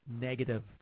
negative